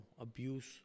abuse